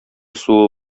суы